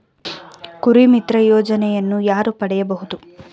ಕುರಿಮಿತ್ರ ಯೋಜನೆಯನ್ನು ಯಾರು ಪಡೆಯಬಹುದು?